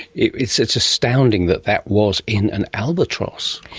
it's it's astounding that that was in an albatross.